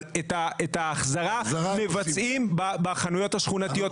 אבל את ההחזרה מבצעים בחנויות השכונתיות.